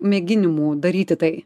mėginimų daryti tai